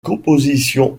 composition